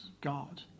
God